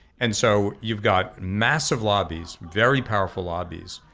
and so you've got massive lobbies, very powerful lobbies,